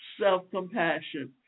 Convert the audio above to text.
self-compassion